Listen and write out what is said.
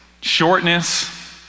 shortness